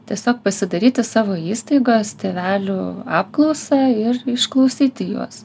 tiesiog pasidaryti savo įstaigos tėvelių apklausą ir išklausyti juos